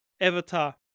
avatar